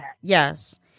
yes